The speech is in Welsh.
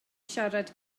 siarad